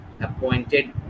appointed